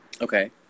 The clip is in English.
Okay